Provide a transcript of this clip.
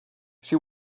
she